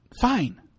fine